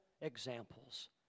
examples